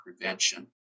prevention